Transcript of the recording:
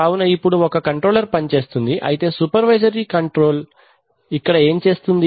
కావున ఇప్పుడు ఒక కంట్రోలర్ పని చేస్తుంది అయితే సుపెర్వైజరీ కంట్రోల్ ఇక్కడ ఏం చేస్తుంది